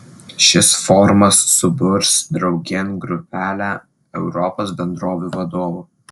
šis forumas suburs draugėn grupelę europos bendrovių vadovų